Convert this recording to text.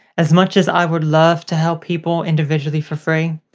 as much as i would love to help people individually for free,